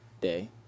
day